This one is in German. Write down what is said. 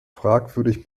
fragwürdig